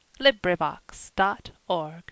LibriVox.org